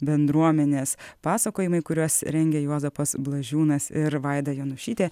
bendruomenės pasakojimai kuriuos rengia juozapas blažiūnas ir vaida jonušytė